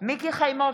מיקי חיימוביץ'